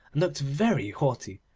looked very haughty,